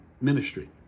ministry